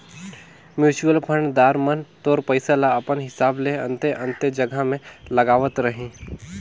mutual fund दार मन तोर पइसा ल अपन हिसाब ले अन्ते अन्ते जगहा में लगावत रहीं